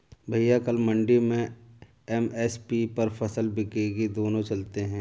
भैया कल मंडी में एम.एस.पी पर फसल बिकेगी दोनों चलते हैं